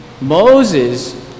Moses